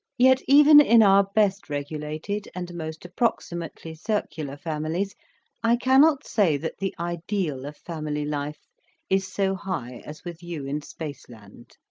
yet even in our best regulated and most approximately circular families i cannot say that the ideal of family life is so high as with you in spaceland.